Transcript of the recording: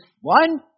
one